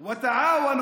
לא.